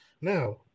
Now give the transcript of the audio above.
Now